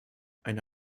eine